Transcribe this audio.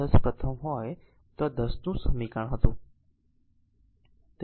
10 પ્રથમ હોય તો તે 10 નું સમીકરણ હતું